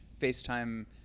FaceTime